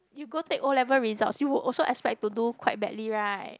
you go take O-level results you will also expect to do quite badly right